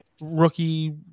rookie